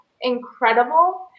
incredible